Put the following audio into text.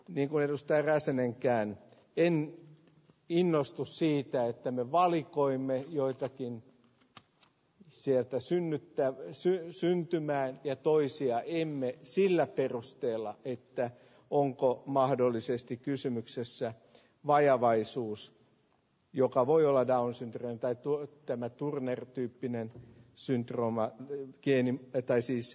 ninku rystä räsänenkään perin innostus siitä että me valikoimme joitakin sieltä synnyttää pysyy syntymää ja toisia emme sillä perusteella että onko mahdollisesti kysymyksessä vajavaisuus joka voi olla dallasin taittui tämä turner tyyppinen syndrooma kenen tai siis